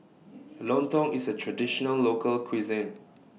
Lontong IS A Traditional Local Cuisine